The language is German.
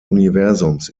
universums